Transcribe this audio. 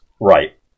right